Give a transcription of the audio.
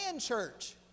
church